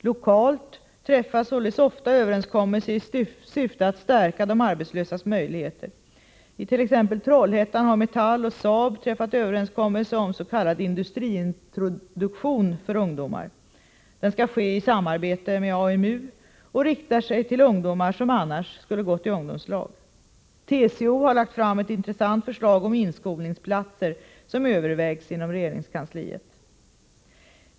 Lokalt träffas således ofta överenskommelser i syfte att stärka de arbetslösas möjligheter. I t.ex. Trollhättan har Metall och Saab träffat överenskommelse oms.k. industriintroduktion för ungdomar. Den skall ske i samarbete med AMU och riktar sig till ungdomar som annars skulle gått i ungdomslag. TCO har lagt fram ett intressant förslag om inskolningsplatser som övervägs inom regeringskansliet.